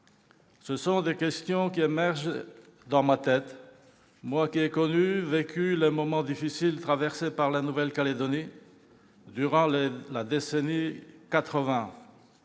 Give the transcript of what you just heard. Ce sont des questions qui me viennent à l'esprit, à moi qui ai connu, vécu les moments difficiles traversés par la Nouvelle-Calédonie durant la décennie